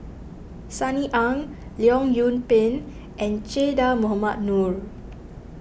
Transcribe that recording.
Sunny Ang Leong Yoon Pin and Che Dah Mohamed Noor